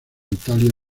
italia